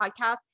podcast